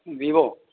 Vivo